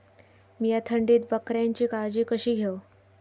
मीया थंडीत बकऱ्यांची काळजी कशी घेव?